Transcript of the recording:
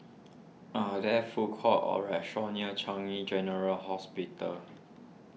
are there food courts or restaurants near Changi General Hospital